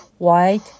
white